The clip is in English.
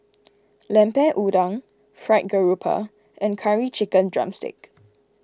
Lemper Udang Fried Garoupa and Curry Chicken Drumstick